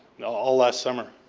all last summer.